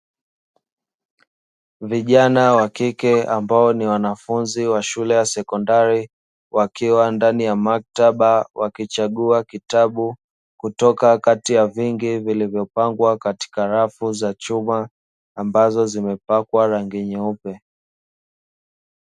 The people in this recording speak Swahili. Vijana wa kike ambao ni wanafunzi wa shule ya sekondari wakiwa ndani ya maktaba wakichagua kitabu kutoka katika vingi vilivyopangwa katika rafu za chuma ambazo zimepakwa rangi nyeupe.